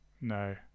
No